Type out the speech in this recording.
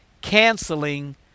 canceling